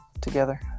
together